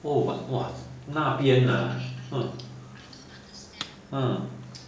oh but !wah! 那边 ah !huh!